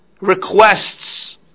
requests